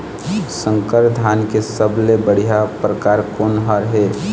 संकर धान के सबले बढ़िया परकार कोन हर ये?